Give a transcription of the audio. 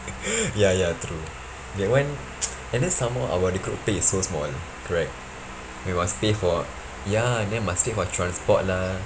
ya ya true that one and then some more our recruit pay is so small correct we must pay for ya and then must pay for transport lah